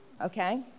okay